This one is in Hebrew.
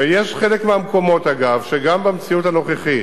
ויש חלק מהמקומות, אגב, שגם במציאות הנוכחית,